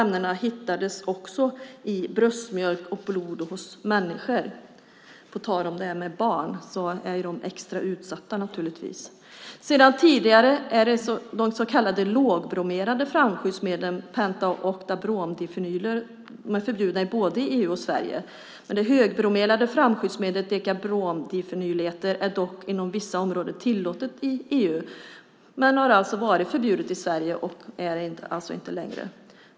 De här ämnena har också hittats i bröstmjölk och i människors blod. På tal om barn vill jag säga att dessa naturligtvis är extra utsatta. Sedan tidigare är de så kallade lågbromerade flamskyddsmedlen penta och oktabromdifenyleter förbjudna i både EU och Sverige. Det högbromerade flamskyddsmedlet dekabromdifenyleter är dock inom vissa områden tillåtet i EU. Det har varit förbjudet i Sverige men är det alltså inte längre.